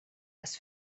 was